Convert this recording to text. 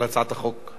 בבקשה, מי בעד?